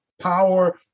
power